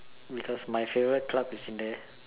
because my favorite club is in there